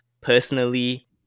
Personally